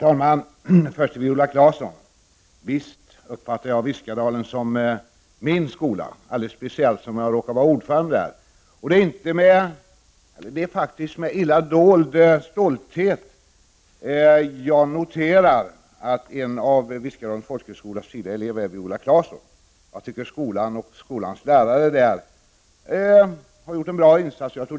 Herr talman! Ja, Viola Claesson, jag uppfattar Viskadalen som min skola, särskilt som jag var ordförande där. Det är faktiskt med illa dold stolthet som jag noterar att en av Viskadalens folkhögskolas tidigare elever är Viola Claesson. Skolan och skolans lärare har gjort en bra insats.